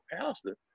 pastor